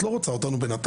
את לא רוצה אותנו